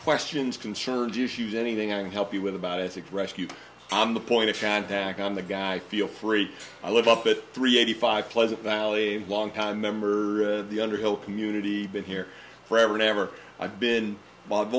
questions concerns issues anything i can help you with about asic rescue i'm the point of contact on the guy feel free i live up at three eighty five pleasant valley a longtime member of the underhill community been here forever and ever i've been